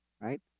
right